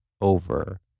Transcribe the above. over